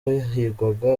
bahigwaga